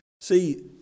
See